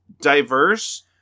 diverse